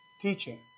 teaching